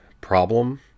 problem